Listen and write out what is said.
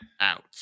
out